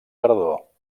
tardor